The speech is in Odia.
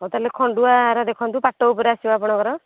ହଉ ତା'ହେଲେ ଖଣ୍ଡୁଆର ଦେଖନ୍ତୁ ପାଟ ଉପରେ ଆସିବ ଆପଣଙ୍କର